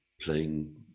playing